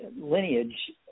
lineage